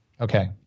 Okay